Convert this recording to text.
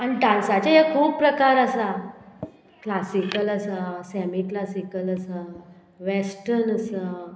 आनी डांसाचे हे खूब प्रकार आसा क्लासिकल आसा सॅमी क्लासिकल आसा वेस्टन आसा